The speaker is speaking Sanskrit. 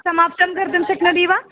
समाप्तं कर्तुं शक्नोति वा